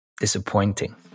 disappointing